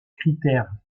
critère